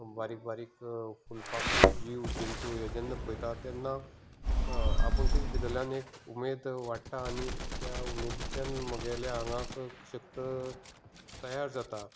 बारीक बारीक फुलपाखरूं जीव जंतूं हे जेन्ना पळयतात तेन्ना आपुणशींच भितरल्यान एक उमेद वाडटा आनी त्या उमेदीतल्यान म्हगेल्यां आंगांक शक्त तयार जाता